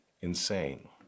insane